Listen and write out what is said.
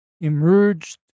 emerged